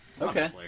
Okay